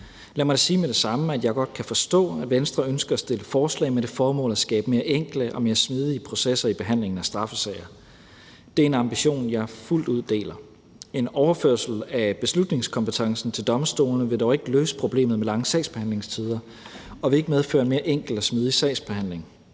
Lad mig sige med det samme, at jeg godt kan forstå, at Venstre ønsker af stille forslag med det formål at skabe mere enkle og mere smidige processer i behandlingen af straffesager. Det er en ambition, jeg fuldt ud deler. En overførsel af beslutningskompetencen til domstolene vil dog ikke løse problemet med lange sagsbehandlingstider, og det vil ikke medføre en mere enkel og smidig sagsbehandling,